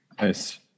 Nice